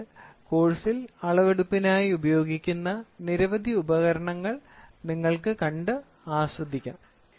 പിന്നീട് കോഴ്സിൽ അളവെടുപ്പിനായി ഉപയോഗിക്കുന്ന നിരവധി ഉപകരണങ്ങൾ നിങ്ങൾക്ക് കണ്ട് ആസ്വദിക്കാം